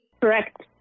Correct